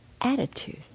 attitude